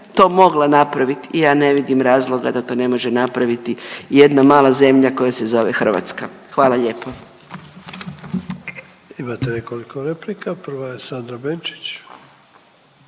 to mogla napravit, ja ne vidim razloga da to ne može napraviti jedna mala zemlja koja se zove Hrvatska. Hvala lijepa. **Sanader, Ante (HDZ)** Imate nekoliko replika, prva je Sandra Benčić.